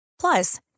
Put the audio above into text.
Plus